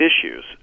issues